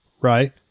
right